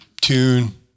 tune